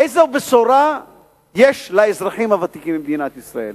איזו בשורה יש לאזרחים הוותיקים במדינת ישראל?